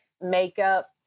makeup